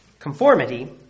Conformity